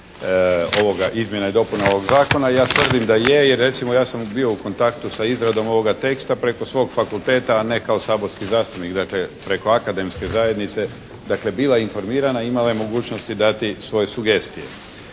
izmjena i dopuna ovoga zakona. Ja tvrdim da je, jer recimo ja sam bio u kontaktu sa izradom ovoga teksta preko svog fakulteta, a ne kao saborski zastupnik. Dakle, preko akademske zajednice. Dakle, bila je informirana i imala je mogućnosti dati svoje sugestije.